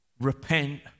repent